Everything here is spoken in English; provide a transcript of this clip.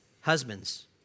Husbands